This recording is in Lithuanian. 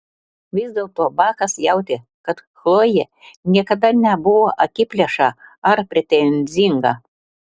vis dėlto bakas jautė kad chlojė niekada nebuvo akiplėša ar pretenzinga